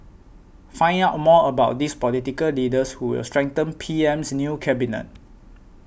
find out more about these political leaders who will strengthen P M's new cabinet